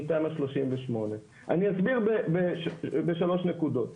מתמ"א 38. אני אסביר בשלוש נקודות: